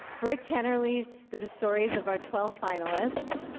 britt kennerly did the stories of our twelve finalists